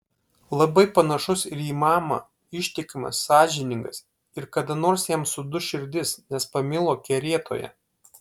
labai panašus ir į mamą ištikimas sąžiningas ir kada nors jam suduš širdis nes pamilo kerėtoją